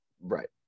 Right